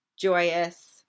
joyous